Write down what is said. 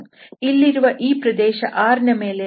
ಇಲ್ಲಿರುವ ಈ ಪ್ರದೇಶ R ನ ಮೇಲೆ ನಾವು ಸರ್ಫೇಸ್ ಇಂಟೆಗ್ರಲ್ ಮಾಡಬಹುದು